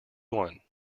one